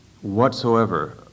whatsoever